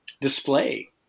display